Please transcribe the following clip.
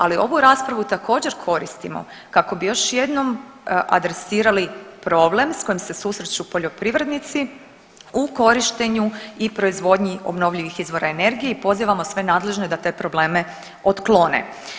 Ali ovu raspravu također koristimo kako bi još jednom adresirali problem sa kojim se susreću poljoprivrednici u korištenju i proizvodnji obnovljivih izvora energije i pozivamo sve nadležne da te probleme otklone.